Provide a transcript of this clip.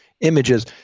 images